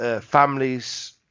families